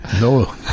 No